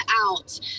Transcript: out